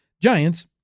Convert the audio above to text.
Giants